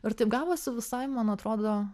ir taip gavosi visai man atrodo